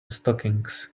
stockings